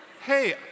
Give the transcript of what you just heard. hey